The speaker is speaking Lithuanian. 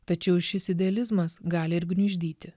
tačiau šis idealizmas gali ir gniuždyti